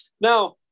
now